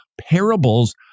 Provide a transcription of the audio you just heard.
Parables